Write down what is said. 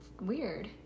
weird